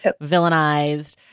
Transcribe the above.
villainized